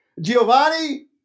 Giovanni